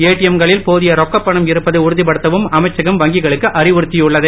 ATM க்களில் போதிய ரொக்கப் பணம் இருப்பதை உறுதிப்படுத்தவும் அமைச்சகம் வங்கிகளுக்கு அறிவுறுத்தியுள்ளது